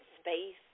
space